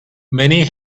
many